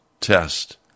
test